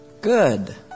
good